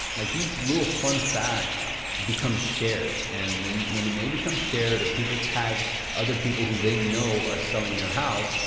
like these little fun facts become shared. and when when did they become shared, or people tagged other people who they know are selling their house,